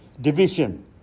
division